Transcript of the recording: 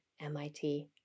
MIT